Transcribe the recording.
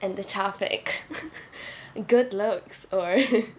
எந்த:entha topic good looks or